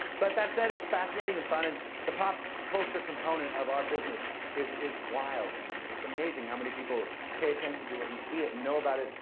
but that said, it's fascinating and fun and the pop culture component of our business is is wild and it's amazing how many people pay attention to it and see it and know about it,